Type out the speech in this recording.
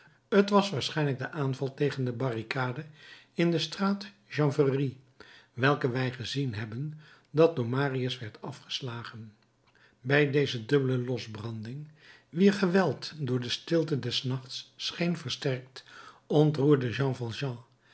t was waarschijnlijk de aanval tegen de barricade in de straat chanvrerie welke wij gezien hebben dat door marius werd afgeslagen bij deze dubbele losbranding wier geweld door de stilte des nachts scheen versterkt ontroerde jean